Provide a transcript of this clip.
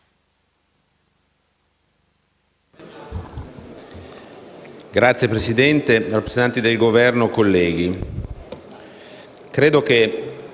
Signor Presidente, rappresentanti del Governo, colleghi,